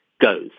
goes